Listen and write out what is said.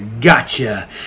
gotcha